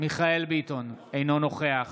מיכאל מרדכי ביטון, אינו נוכח